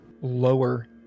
lower